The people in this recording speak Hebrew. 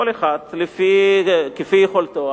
כל אחד כפי יכולתו,